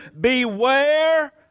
Beware